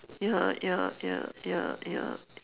ya ya ya ya ya